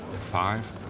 five